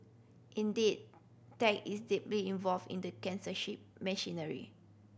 indeed tech is deeply involved in the censorship machinery